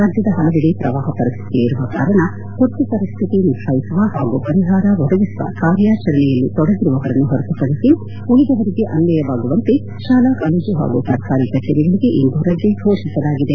ರಾಜ್ಯದ ಹಲವೆಡೆ ಪ್ರವಾಹ ಪರಿಸ್ಥಿತಿ ಇರುವ ಕಾರಣ ತುರ್ತು ಪರಿಸ್ಥಿತಿ ನಿಭಾಯಿಸುವ ಹಾಗೂ ಪರಿಹಾರ ಒದಗಿಸುವ ಕಾರ್ಯಾಚರಣೆಯಲ್ಲಿ ತೊಡಗಿರುವವರನ್ನು ಹೊರತುಪಡಿಸಿ ಉಳಿದವರಿಗೆ ಅನ್ವಯವಾಗುವಂತೆ ಕಚೇರಿಗಳಿಗೆ ಇಂದು ರಜೆ ಘೋಷಿಸಲಾಗಿದೆ